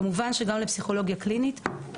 וכמובן שגם לפסיכולוגיה קלינית.